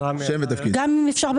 אם אפשר,